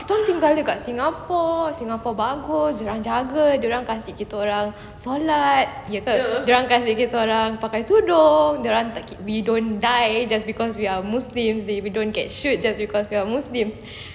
kita orang tinggal dekat singapore singapore bagus ada orang jaga ada orang kasi kita orang solat ya ke dia orang kasi kita pakai tudung dia orang tak we don't die just because we are muslims they we don't get shoot just because we are muslims